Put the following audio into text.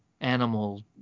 animal